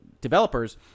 developers